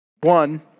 One